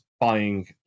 buying